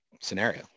scenario